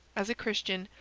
as a christian,